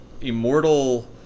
immortal